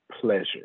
pleasure